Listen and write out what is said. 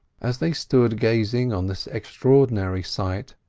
as they stood gazing on this extraordinary sight,